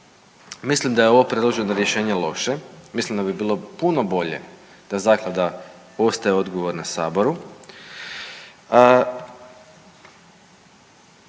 Mislim da je ovo predloženo rješenje loše, mislim da bi bilo puno bolje da zaklada postaje odgovorna saboru